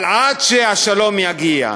אבל עד שהשלום יגיע,